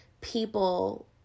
people